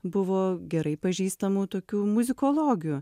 buvo gerai pažįstamų tokių muzikologių